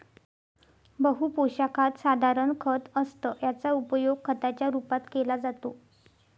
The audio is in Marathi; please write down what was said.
बहु पोशाखात साधारण खत असतं याचा उपयोग खताच्या रूपात केला जातो